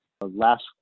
last